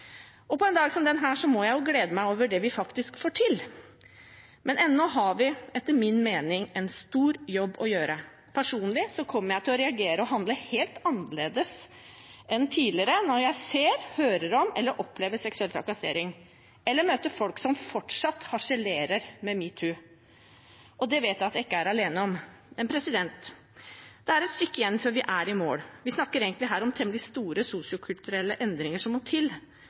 På en dag som denne må jeg glede meg over det vi faktisk får til. Men ennå har vi, etter min mening, en stor jobb å gjøre. Personlig kommer jeg til å reagere og handle helt annerledes enn tidligere når jeg ser, hører om eller opplever seksuell trakassering eller møter folk som fortsatt harselerer med metoo, og det vet jeg at jeg ikke er alene om. Men det er et stykke igjen før vi er i mål. Vi snakker egentlig om temmelig store sosiokulturelle endringer som må til,